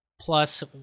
plus